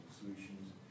solutions